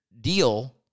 deal